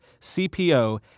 CPO